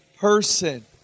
person